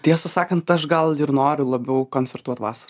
tiesą sakant aš gal ir noriu labiau koncertuot vasarą